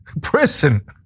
prison